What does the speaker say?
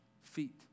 feet